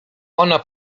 ona